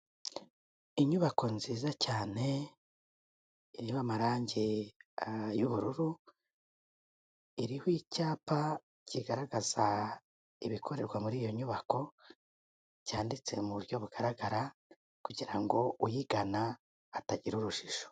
Inyubako nziza cyane iriho amarangi y'ubururu, iriho icyapa kigaragaza ibikorerwa muri iyo nyubako cyanditse mu buryo bugaragara, kugira ngo uyigana atagira urujijo.